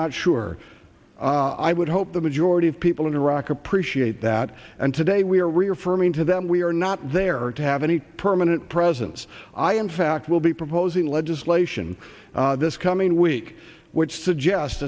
not sure i would hope the majority of people in iraq appreciate that and today we are reaffirming to them we are not there to have any permanent presence i in fact will be proposing legislation this coming week which suggest